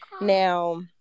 now